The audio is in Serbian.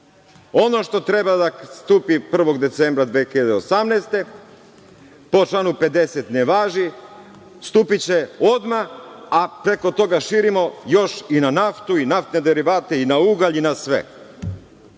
Ono što treba da stupi 1. decembra 2018. godine po članu 50. ne važi, stupiće odmah a preko toga širimo i na naftu i na naftne derivate i na ugalj i na sve. Ne